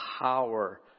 power